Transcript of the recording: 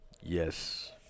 Yes